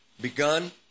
begun